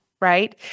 right